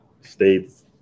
states